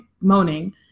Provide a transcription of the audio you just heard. moaning